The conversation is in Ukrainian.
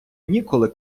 ніколи